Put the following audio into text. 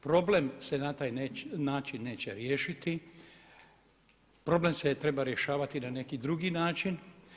Problem se na taj način neće riješiti, problem se treba rješavati na neki drugi način.